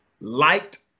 liked